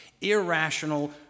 irrational